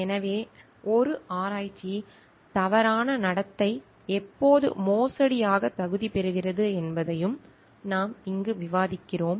எனவே ஒரு ஆராய்ச்சி தவறான நடத்தை எப்போது மோசடியாகத் தகுதிபெறுகிறது என்பதையும் நாம் இங்கு விவாதிக்கிறோம்